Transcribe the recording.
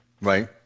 Right